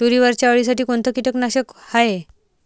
तुरीवरच्या अळीसाठी कोनतं कीटकनाशक हाये?